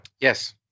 Yes